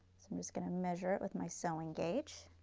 just going to measure with my sewing gauge